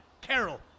Carol